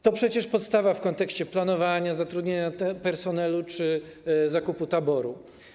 To przecież podstawa w kontekście planowania, zatrudnienia personelu czy zakupu taboru.